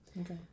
Okay